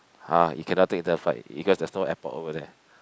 !huh! you cannot take the flight because there's no airport over there